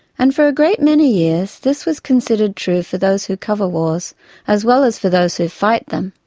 and for a great many years, this was considered true for those who cover wars as well as for those who fight them.